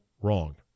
wrong